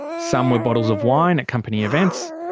some were bottles of wine at company events.